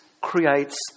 creates